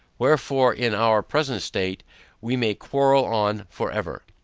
wherefore, in our present state we may quarrel on for ever.